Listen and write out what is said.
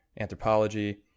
anthropology